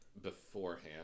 beforehand